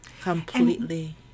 completely